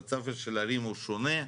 בית ספר של ערים הוא שונה.